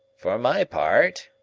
for my part,